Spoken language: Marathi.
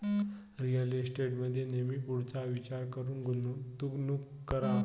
रिअल इस्टेटमध्ये नेहमी पुढचा विचार करून गुंतवणूक करा